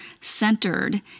centered